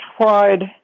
tried